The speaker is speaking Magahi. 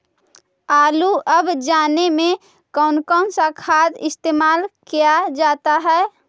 आलू अब जाने में कौन कौन सा खाद इस्तेमाल क्या जाता है?